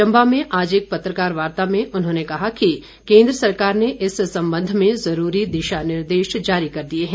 चम्बा में आज एक पत्रकार वार्ता में उन्होंने कहा कि केन्द्र सरकार ने इस संबंध में जरूरी दिशा निर्देश जारी कर दिए हैं